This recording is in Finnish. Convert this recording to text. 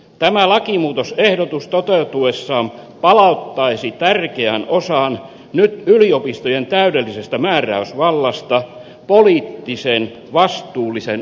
tämä lakimuutosehdotus toteutuessaan palauttaisi tärkeän osan yliopistojen nyt täydellisestä määräysvallasta poliittisen vastuullisen ohjauksen piiriin